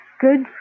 Good